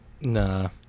nah